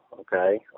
okay